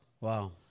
Wow